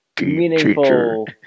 meaningful